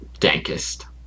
Dankest